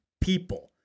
people